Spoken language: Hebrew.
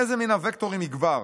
איזה מן הווקטורים יגבר?